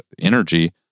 energy